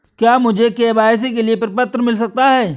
क्या मुझे के.वाई.सी के लिए प्रपत्र मिल सकता है?